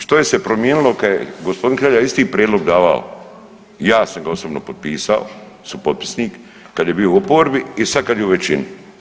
Što je prominilo kad je gospodin Hrelja isti prijedlog davao, ja sam ga osobno potpisao, supotpisnik, kad je bio u oporbi i sad kad je u većini.